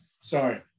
sorry